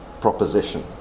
proposition